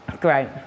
Great